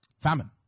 Famine